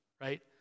right